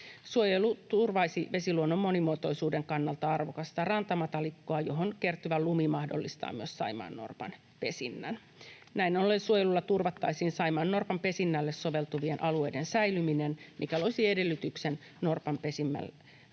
Suojelu turvaisi vesiluonnon monimuotoisuuden kannalta arvokasta rantamatalikkoa, johon kertyvä lumi mahdollistaa myös saimaannorpan pesinnän. Näin ollen suojelulla turvattaisiin saimaannorpan pesinnälle soveltuvien alueiden säilyminen, mikä loisi edellytyksen norpan pesinnälle